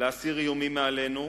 להסיר איומים מעלינו.